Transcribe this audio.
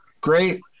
great